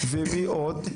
מי עוד?